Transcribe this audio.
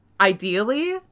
ideally